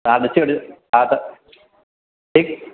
तव्हां ॾिसी वठिजो हा त ठीकु